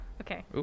okay